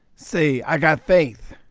say i've got faith,